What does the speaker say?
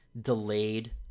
delayed